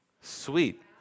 Sweet